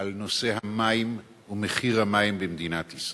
על נושא המים ומחיר המים במדינת ישראל.